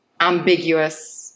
ambiguous